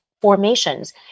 Formations